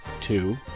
two